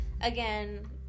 again